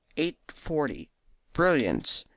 eight forty brilliants,